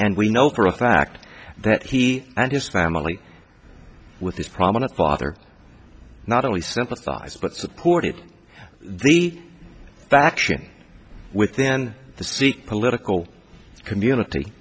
and we know for a fact that he and his family with these prominent father not only sympathized but supported the faction within the sikh political community